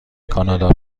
کانادا